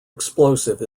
explosive